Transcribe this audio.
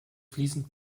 fließend